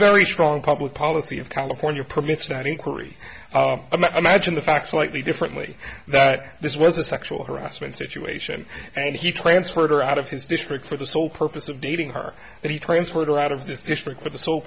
very strong public policy of california permits that inquiry i magine the facts likely differently that this was a sexual harassment situation and he transferred her out of his district for the sole purpose of dating her and he transferred her out of this district for the sole